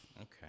Okay